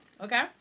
okay